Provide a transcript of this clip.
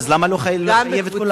אז למה לא לחייב את כולם?